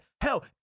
hell